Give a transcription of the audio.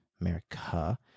America